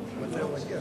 25 בעד, אין מתנגדים,